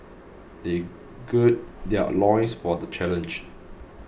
they gird their loins for the challenge